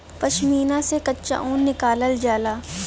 पश्मीना से कच्चा ऊन निकालल जाला